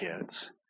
kids